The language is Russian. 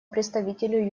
представителю